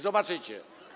Zobaczycie!